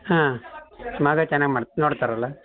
ಹಾಂ ಮಗ ಚೆನ್ನಾಗಿ ಮಾಡ್ ನೋಡ್ತಾರಲ್ಲ